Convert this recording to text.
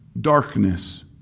darkness